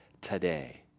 today